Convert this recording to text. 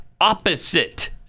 opposite